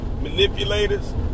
manipulators